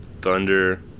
Thunder